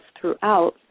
throughout